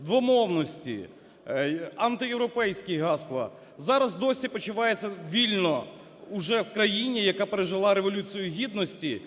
двомовності, антиєвропейські гасла, зараз досі почувається вільно уже в країні, яка пережила Революцію Гідності,